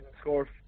score